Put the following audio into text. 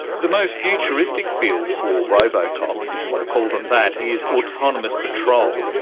the most futuristic field for robocops, if you want to call them that, is autonomous patrol.